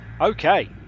Okay